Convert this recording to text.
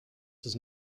does